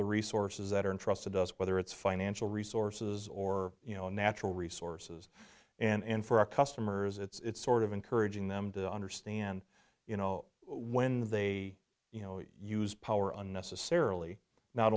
the resources that are entrusted to us whether it's financial resources or you know natural resources and for our customers it's sort of encouraging them to understand you know when they you know use power unnecessarily not